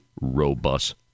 robust